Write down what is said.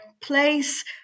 place